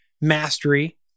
mastery